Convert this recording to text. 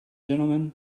gentlemen